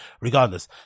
Regardless